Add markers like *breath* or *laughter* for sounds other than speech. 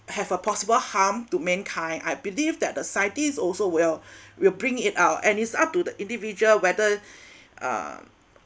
have a possible harm to mankind I believe that the scientists also will *breath* will bring it out and it's up to the individual whether *breath* uh